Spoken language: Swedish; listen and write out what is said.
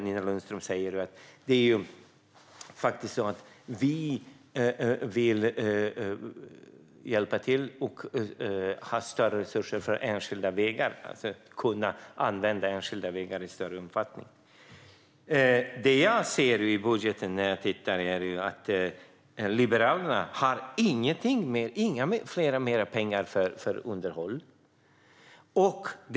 Nina Lundström säger att ni vill tillföra större resurser till enskilda vägar och kunna använda enskilda vägar i större omfattning. Men när jag tittar i Liberalernas budget finns det inga ytterligare pengar för underhåll.